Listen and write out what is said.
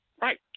Right